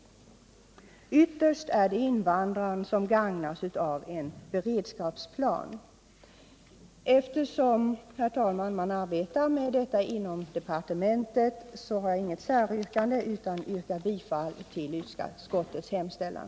Ytterst är det invandraren som gagnas av en beredskapsplan. Herr talman! Eftersom man inom departementet arbetar med denna fråga har jag inget säryrkande, utan jag yrkar bifall till utskottets hemställan.